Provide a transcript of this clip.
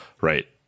right